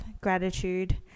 gratitude